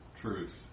truth